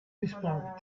whispered